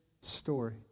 story